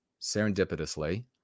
serendipitously